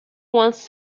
wants